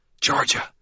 Georgia